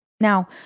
Now